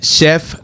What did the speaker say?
Chef